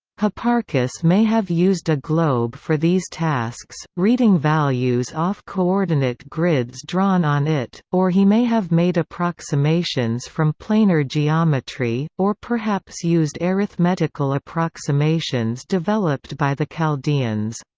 hipparchus may have used a globe for these tasks, reading values off coordinate grids drawn on it, or he may have made approximations from planar geometry, or perhaps used arithmetical approximations developed by the chaldeans.